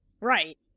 Right